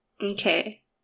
Okay